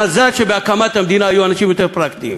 מזל שבהקמת המדינה היו אנשים יותר פרקטיים.